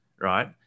Right